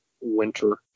winter